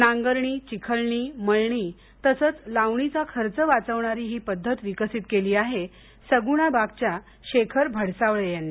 नांगरणी चिखलणी मळणी लावणीचा खर्च वाचवणारी ही पद्धत विकसित केली आहे सगुणाबाग च्या शेखर भडसावळे यांनी